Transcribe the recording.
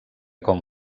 com